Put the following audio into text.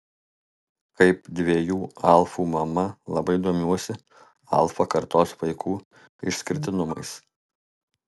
kaip dviejų alfų mama labai domiuosi alfa kartos vaikų išskirtinumais